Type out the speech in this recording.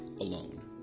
alone